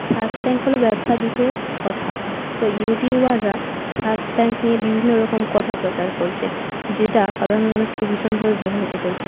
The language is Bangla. সার্ক ট্যাঙ্ক হল ব্যবসার বিষয়ে কথা তো ইউটিউবাররা সার্ক ট্যাঙ্ক নিয়ে বিভিন্ন রকম কথা প্রচার করছে যেটা সাধারণ মানুষকে ভীষণভাবে প্রভাবিত করছে